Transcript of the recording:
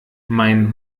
mein